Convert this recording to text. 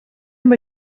amb